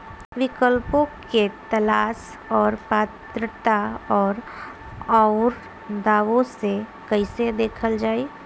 विकल्पों के तलाश और पात्रता और अउरदावों के कइसे देखल जाइ?